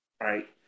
right